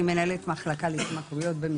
אני מנהלת מחלקה להתמכרויות.